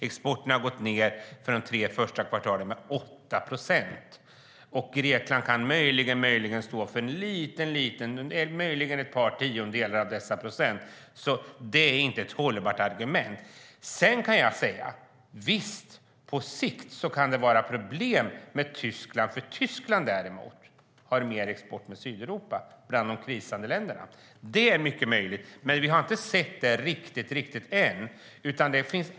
Exporten har gått ned de tre första kvartalen med 8 procent. Grekland kan möjligen stå för en liten, liten del, möjligen ett par tiondelar av dessa procent. Det är inte ett hållbart argument. Sedan kan jag säga att visst, på sikt kan det vara problem med Tyskland, för Tyskland däremot har mer export till Sydeuropas krisande länder. Det är mycket möjligt, men vi har inte sett det riktigt än.